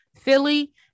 Philly